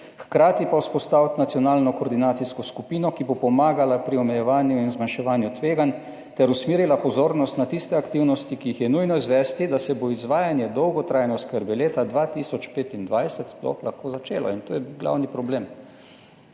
hkrati pa vzpostaviti nacionalno koordinacijsko skupino, ki bo pomagala pri omejevanju in zmanjševanju tveganj ter usmerila pozornost na tiste aktivnosti, ki jih je nujno izvesti, da se bo izvajanje dolgotrajne oskrbe leta 2025 sploh lahko začelo in to je glavni problem.